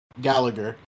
Gallagher